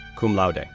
cum laude,